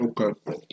Okay